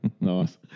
Nice